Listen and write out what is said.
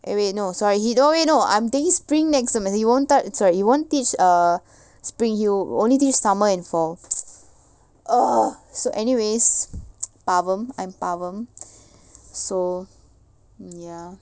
eh wait no sorry he oh wait no I'm taking spring next semester he won't touch sorry he won't teach uh spring he will only teach summer and fall ugh so anyways பாவம்:paavam I am பாவம்:pavam so ya